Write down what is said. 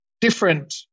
different